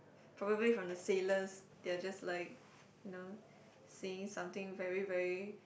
probably from the sailors they are just like you know saying something very very